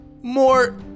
more